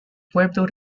pueblo